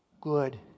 good